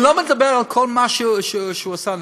אני לא מדבר על כל מה שהוא עשה נגדנו,